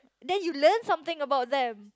then you learn something about them